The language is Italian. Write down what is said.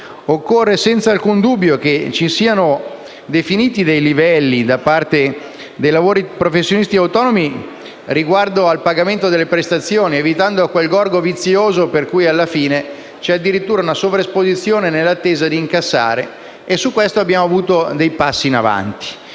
occorre, senza alcun dubbio, che siano definiti dei livelli, per quanto concerne i professionisti autonomi, riguardo al pagamento delle prestazioni, evitando quel gorgo vizioso per cui alla fine c’è addirittura una sovraesposizione nell’attesa di incassare. Su questo abbiamo fatto dei passi in avanti,